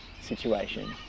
situation